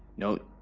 note,